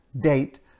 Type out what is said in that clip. date